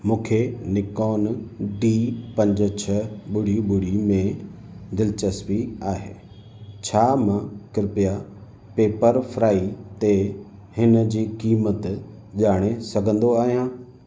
मूंखे Nikon D पंज छह ॿुड़ी ॿुड़ी में दिलचस्पी आहे छा मां कृपया पेप्परफ्राई ते हिन जी क़ीमत ॼाणे सघंदो आहियां